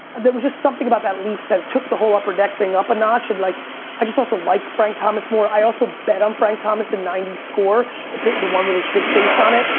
there was just something about that leaf that took the whole upper deck thing up a notch and like i just also liked frank thomas more. i also bet on frank thomas in ninety score, the the one with his big face on it.